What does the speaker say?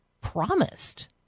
promised